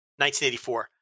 1984